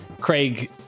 Craig